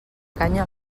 canya